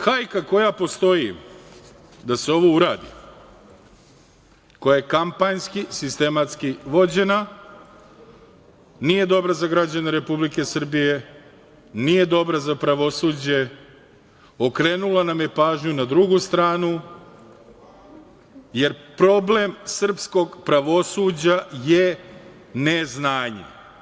Hajka koja postoji da se ovo uradi, koja je kampanjski, sistematski vođena nije dobra za građane Republike Srbije, nije dobra za pravosuđe, okrenula nam je pažnju na drugu stranu, jer problem srpskog pravosuđa je neznanje.